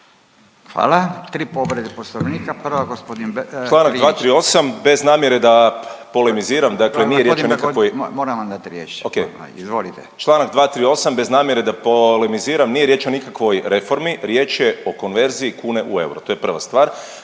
vam dat riječ, vama. Izvolite./… Ok. Čl. 238. bez namjere da polemiziram nije riječ o nikakvoj reformi, riječ je o konverziji kune u euro, to je prva stvar.